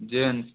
gents